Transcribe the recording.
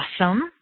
awesome